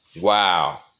Wow